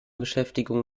beschäftigung